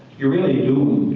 you're really doomed.